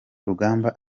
rugamba